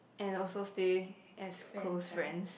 and also stay as close friends